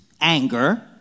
anger